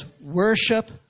Worship